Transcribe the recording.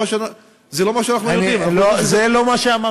זה לא מה שאנחנו יודעים.